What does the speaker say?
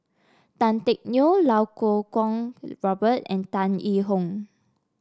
Tan Teck Neo Iau Kuo Kwong and Tan Yee Hong